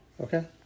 Okay